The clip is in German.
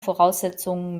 voraussetzungen